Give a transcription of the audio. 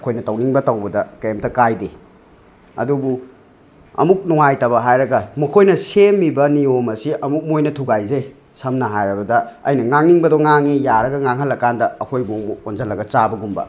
ꯑꯩꯈꯣꯏꯅ ꯇꯧꯅꯤꯡꯕ ꯇꯧꯕꯗ ꯀꯔꯤꯝꯇ ꯀꯥꯏꯗꯦ ꯑꯗꯨꯕꯨ ꯑꯃꯨꯛ ꯅꯨꯡꯉꯥꯏꯇꯕ ꯍꯥꯏꯔꯒ ꯃꯈꯣꯏꯅ ꯁꯦꯝꯃꯤꯕ ꯅꯤꯌꯣꯝ ꯑꯁꯤ ꯑꯃꯨꯛ ꯃꯣꯏꯅ ꯊꯨꯒꯥꯏꯖꯩ ꯁꯝꯅ ꯍꯥꯏꯔꯕꯗ ꯑꯩꯅ ꯉꯥꯡꯅꯤꯡꯕꯗꯣ ꯉꯥꯡꯉꯤ ꯌꯥꯔꯒ ꯉꯥꯡꯍꯜꯂ ꯀꯥꯟꯗ ꯑꯩꯈꯣꯏꯕꯨ ꯑꯃꯨꯛ ꯑꯣꯟꯖꯜꯂꯒ ꯆꯥꯕꯒꯨꯝꯕ